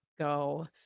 go